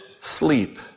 sleep